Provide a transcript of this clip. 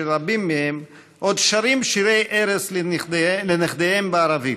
רבים מהם עוד שרים שירי ערש לנכדיהם בערבית,